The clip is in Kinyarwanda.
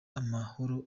amahoro